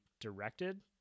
directed